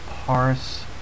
Parse